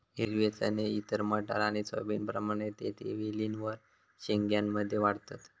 हिरवे चणे इतर मटार आणि सोयाबीनप्रमाणे ते वेलींवर शेंग्या मध्ये वाढतत